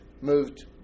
moved